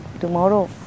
tomorrow